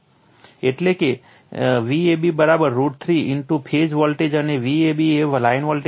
એટલે કે એ Vab root 3 into phase voltage છે અને Vab એ લાઇન વોલ્ટેજ છે